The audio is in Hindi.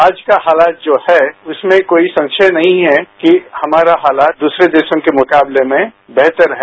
आज का हालात जो है उसमें कोई संशय नहीं है कि हमारा हालात दूसरे देशों के मुकाबले में बेहतर है